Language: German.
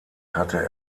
hatte